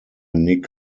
nick